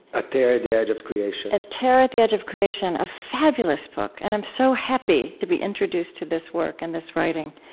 a tear at the edge of creation a tear at the edge of creation. a fabulous book, and i'm so happy to be introduced to this work and this writing.